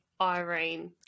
Irene